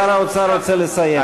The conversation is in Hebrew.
שר האוצר רוצה לסיים.